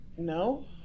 No